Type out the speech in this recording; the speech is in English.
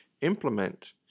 Implement